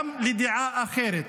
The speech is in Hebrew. גם לדעה אחרת.